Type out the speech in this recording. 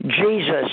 Jesus